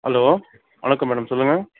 hello வணக்கம் madam சொல்லுங்க